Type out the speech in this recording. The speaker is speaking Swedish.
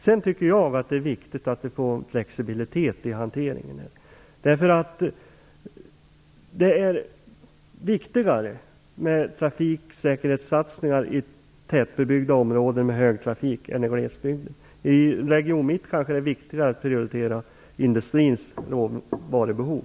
Sedan tycker jag att det är viktigt att få en flexibilitet i hanteringen. Det är viktigare med trafiksäkerhetssatsningar i tätbebyggda områden med mycket trafik än i glesbygden. I region Mitt kanske det är viktigare att prioritera industrins råvarubehov.